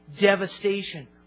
devastation